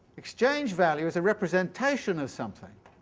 exchange-value is a representation of something.